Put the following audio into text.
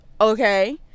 okay